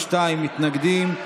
32 מתנגדים.